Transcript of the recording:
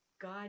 God